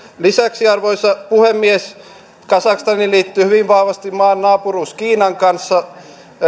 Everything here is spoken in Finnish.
lisäksi arvoisa puhemies kazakstaniin liittyy hyvin vahvasti maan naapuruus kiinan kanssa